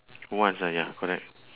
once ah ya correct